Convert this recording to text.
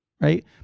right